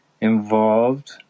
involved